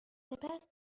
سپس